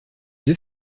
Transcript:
deux